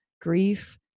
grief